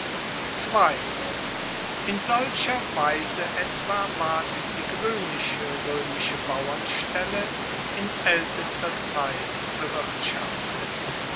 in solcher weise etwa ward die gewoehnliche roemische bauernstelle in aeltester zeit bewirtschaftet